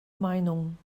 meinung